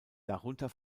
darunter